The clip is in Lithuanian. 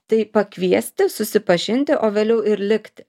tai pakviesti susipažinti o vėliau ir likti